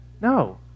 No